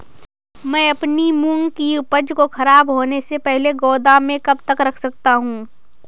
मैं अपनी मूंग की उपज को ख़राब होने से पहले गोदाम में कब तक रख सकता हूँ?